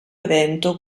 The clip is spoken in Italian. evento